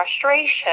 frustration